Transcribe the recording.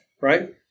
right